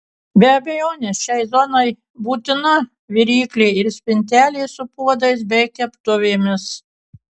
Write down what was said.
be abejonės šiai zonai būtina viryklė ir spintelė su puodais bei keptuvėmis